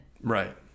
Right